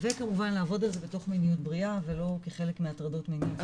וכמובן לעבוד על זה בתוך מיניות בריאה ולא כחלק מהטרדות מיניות.